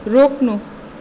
रोक्नु